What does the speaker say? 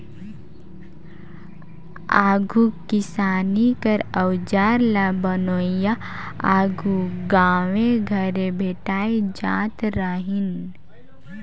खेती किसानी कर अउजार ल बनोइया आघु गाँवे घरे भेटाए जात रहिन